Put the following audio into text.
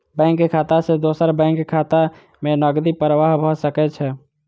bank खाता सॅ दोसर बैंक खाता में नकदी प्रवाह भ सकै छै